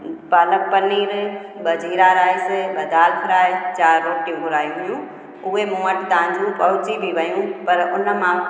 पालक पनीर ॿ जीरा राइस ॿ दालि फ्राइ चारि रोटियूं घुराई हुयूं उहे मूं वटि तव्हांजी पहुची बि वियूं पर उन मां